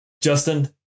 Justin